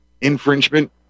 infringement